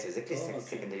oh okay